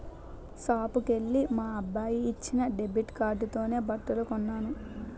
షాపుకెల్లి మా అబ్బాయి ఇచ్చిన డెబిట్ కార్డుతోనే బట్టలు కొన్నాను